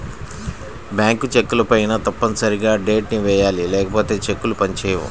bank చెక్కులపైన తప్పనిసరిగా date ని వెయ్యాలి లేకపోతే చెక్కులు పని చేయవు